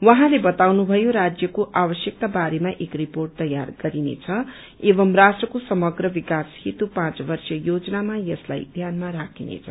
उहाँले बताउनुषयो राज्यको आवश्यकता बारेमा एक रिपोर्ट तयार गरिनेछ एवं राष्ट्रको समग्र विकास हेतु पाँच वर्षीय योजनामा यसलाई ध्यान राखिनेछ